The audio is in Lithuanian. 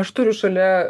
aš turiu šalia